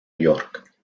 york